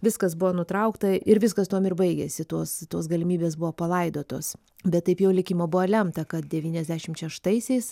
viskas buvo nutraukta ir viskas tuom ir baigėsi tos tos galimybės buvo palaidotos bet taip jau likimo buvo lemta kad devyniasdešimt šeštaisiais